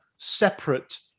Separate